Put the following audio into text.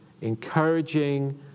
encouraging